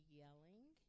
yelling